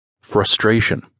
Frustration